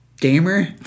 gamer